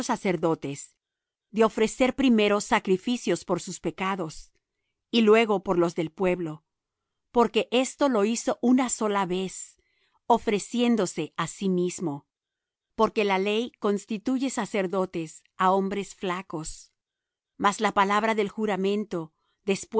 sacerdotes de ofrecer primero sacrificios por sus pecados y luego por los del pueblo porque esto lo hizo una sola vez ofreciéndose á sí mismo porque la ley constituye sacerdotes á hombres flacos mas la palabra del juramento después de